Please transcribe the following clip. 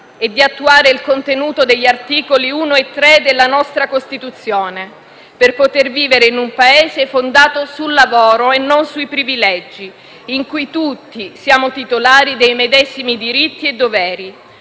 è attuare il contenuto degli articoli 1 e 3 della nostra Costituzione, per poter vivere in un Paese fondato sul lavoro e non sui privilegi, in cui tutti siamo titolari dei medesimi diritti e doveri;